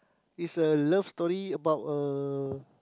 is a love story about a